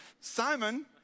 Simon